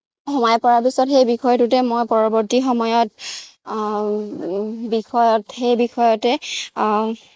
সোমাই পৰা পিছত সেই বিষয়টোতে মই পৰৱৰ্তী সময়ত বিষয়ত সেই বিষয়তে